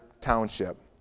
township